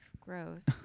Gross